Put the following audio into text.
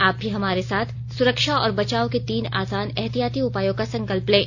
आप भी हमारे साथ सुरक्षा और बचाव के तीन आसान एहतियाती उपायों का संकल्प लें